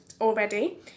already